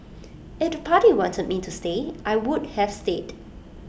if to party wanted me to stay I would have stayed